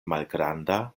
malgranda